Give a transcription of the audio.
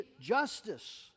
justice